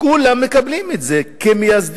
כולם מקבלים את זה כמייסדים.